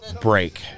Break